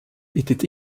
était